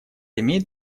имеет